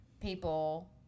people